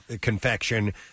confection